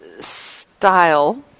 style